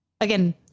Again